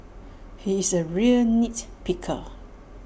he is A real nits picker